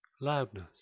loudness